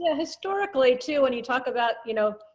historically, too. when you talk about, you know,